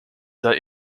that